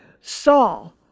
Saul